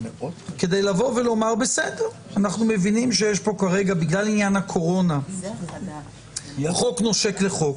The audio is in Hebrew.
כדי לבוא ולומר: אנחנו מבינים כרגע שבגלל עניין הקורונה חוק נושק לחוק,